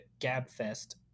GABFEST